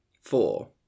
Four